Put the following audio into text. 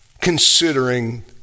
considering